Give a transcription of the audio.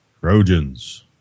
Trojans